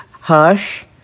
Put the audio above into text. Hush